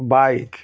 bike